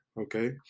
okay